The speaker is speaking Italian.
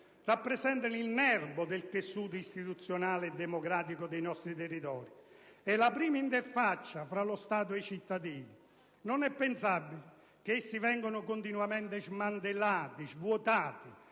rappresentano il nerbo del tessuto istituzionale e democratico del nostro territorio e la prima interfaccia tra lo Stato e i cittadini. Non è pensabile che essi vengano continuamente smantellati, svuotati.